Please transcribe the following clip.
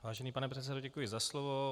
Vážený pane předsedo, děkuji za slovo.